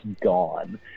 gone